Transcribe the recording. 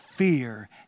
fear